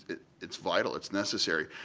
it's it's vital, it's necessary.